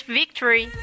victory